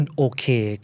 okay